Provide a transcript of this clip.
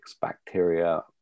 bacteria